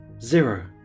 Zero